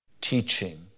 teaching